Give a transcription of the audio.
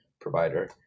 provider